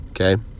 okay